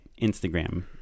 instagram